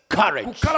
courage